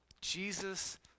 Jesus